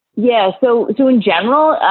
yeah. so so in general,